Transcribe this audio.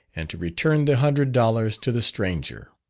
and to return the hundred dollars to the stranger.